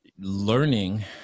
learning